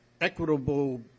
equitable